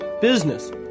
business